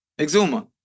Exuma